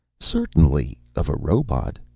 certainly, of a robot,